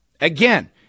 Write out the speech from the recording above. Again